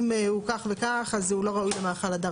אם הוא כך וכך אז הוא לא ראוי למאכל אדם.